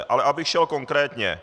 Ale abych šel konkrétně.